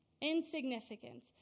Insignificance